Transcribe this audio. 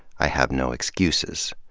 i have no excuses.